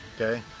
okay